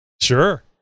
Sure